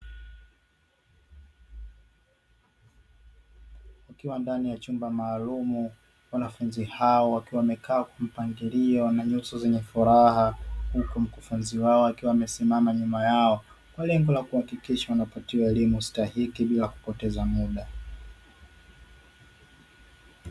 Wakiwa ndani ya chumba maalum, wanafunzi hao wakiwa wamekaa kwa mpangilio na nyuso zenye furaha, huku mkufunzi wao akiwa amesimama nyuma yao kwa lengo la kuhakikisha wanapatiwa elimu stahiki bila kupoteza mda.